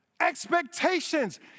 Expectations